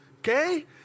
okay